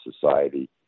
society